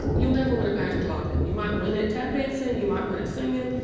you'll never win a pageant clogging. you might win at tap-dancing. you might win at singing.